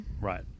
Right